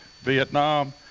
Vietnam